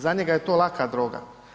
Za njega je to laka droga.